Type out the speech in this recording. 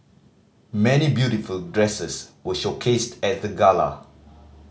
many beautiful dresses were showcased at the gala